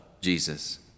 Jesus